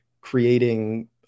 creating